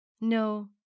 No